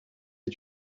est